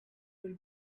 will